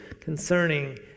concerning